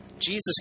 Jesus